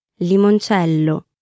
Limoncello